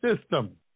system